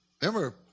Remember